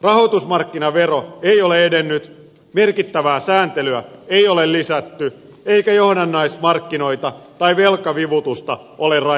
rahoitusmarkkinavero ei ole edennyt merkittävää sääntelyä ei ole lisätty eikä johdannaismarkkinoita tai velkavivutusta ole rajattu